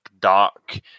dark